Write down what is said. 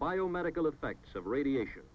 biomedical objects of radiation